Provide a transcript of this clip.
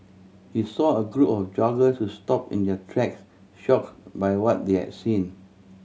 he saw a group of joggers who stopped in their tracks shocked by what they had seen